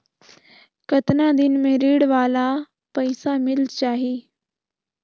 कतना दिन मे ऋण वाला पइसा मिल जाहि?